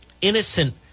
innocent